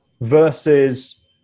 versus